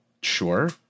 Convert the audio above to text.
sure